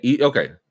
Okay